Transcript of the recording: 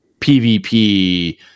PvP